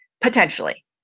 potentially